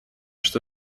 что